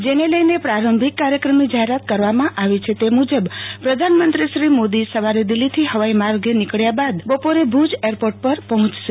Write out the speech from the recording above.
જેને લઈને પ્રમ્ભિક કાર્યક્રમની જાહેરાત કરવામાં આવી છે તે મુજબ પ્રધાનમંત્રી શ્રી મોદી સવારે દિલ્હીથી હવાઈ માર્ગે નીકબ્યા બાદ બપોરે ભૂજ એરપોર્ટ પર પહોયશે